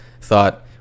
thought